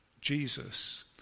Jesus